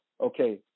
okay